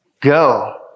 go